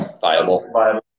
viable